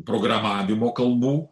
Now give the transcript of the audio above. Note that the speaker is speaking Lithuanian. programavimo kalbų